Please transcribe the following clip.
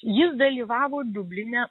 jis dalyvavo dubline